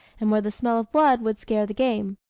and where the smell of blood would scare the game.